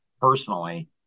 personally